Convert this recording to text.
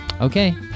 Okay